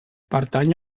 pertany